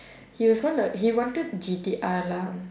he was gonna he wanted G_T_R lah